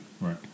Right